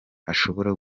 hashobora